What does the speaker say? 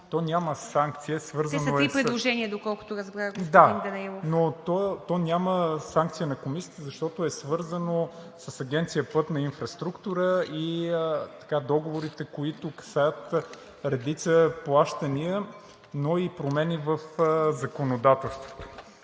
То няма санкция, свързана… ПРЕДСЕДАТЕЛ ИВА МИТЕВА: Те са три предложения, доколкото разбрах, господин Данаилов. ПЛАМЕН ДАНАИЛОВ: Да, но то няма санкция на Комисията, защото е свързано с Агенция „Пътна инфраструктура“ и договорите, които касаят редица плащания, но и промени в законодателството.